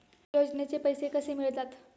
योजनेचे पैसे कसे मिळतात?